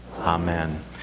Amen